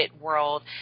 world